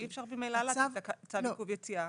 אז אי אפשר ממילא לתת צו עיכוב יציאה.